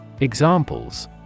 Examples